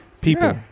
people